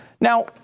Now